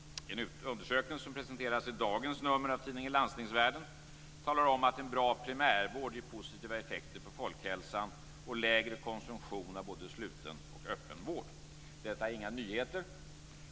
I en undersökning som presenteras i dagens nummer att tidningen Landstingsvärlden talar man om att en bra primärvård ger positiva effekter på folkhälsan och lägre konsumtion av både sluten och öppen vård. Detta är inga nyheter.